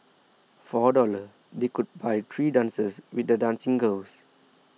for a dollar they could buy three dances with the dancing girls